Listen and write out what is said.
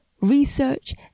research